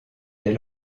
des